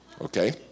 okay